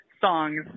songs